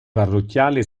parrocchiale